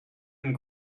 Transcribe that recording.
and